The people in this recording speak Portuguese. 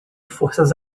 forças